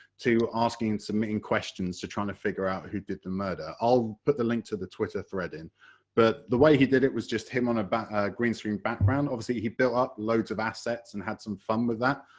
to submitting questions, to try and figure out who did the murder, i'll put the link to the twitter thread in but the way he did it was just him on a but green screen background, obviously he built up loads of assets and had some fun with that,